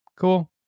Cool